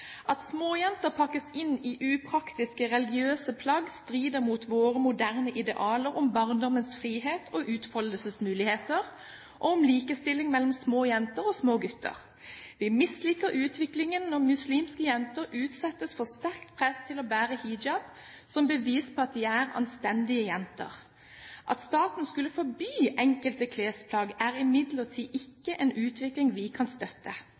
mellom små jenter og små gutter. Vi misliker utviklingen når muslimske jenter utsettes for sterkt press til å bære hijab som bevis på at de er «anstendige jenter». At staten skulle forby enkelte klesplagg er imidlertid ikke en utvikling vi kan støtte.